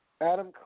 Adam